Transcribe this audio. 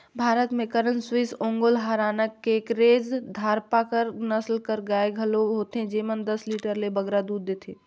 भारत में करन स्विस, ओंगोल, हराना, केकरेज, धारपारकर नसल कर गाय घलो होथे जेमन दस लीटर ले बगरा दूद देथे